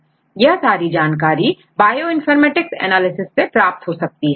यह यह सारी जानकारी बायोइनफॉर्मेटिक्स एनालिसिस से प्राप्त हो सकती है